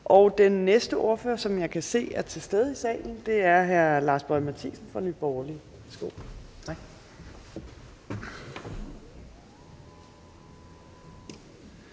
Den næste ordfører, som jeg kan se er til stede i salen, er hr. Lars Boje Mathiesen fra Nye Borgerlige.